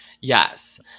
yes